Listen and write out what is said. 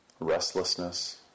Restlessness